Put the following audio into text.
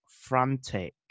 Frantic